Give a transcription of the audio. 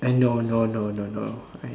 I know no no no no I